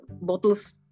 bottles